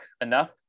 enough